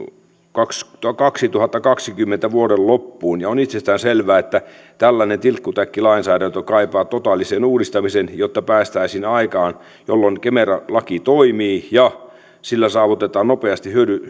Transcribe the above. vuoden kaksituhattakaksikymmentä loppuun ja on itsestäänselvää että tällainen tilkkutäkkilainsäädäntö kaipaa totaalisen uudistamisen jotta päästäisiin aikaan jolloin kemera laki toimii ja sillä saavutetaan nopeasti